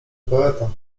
poeta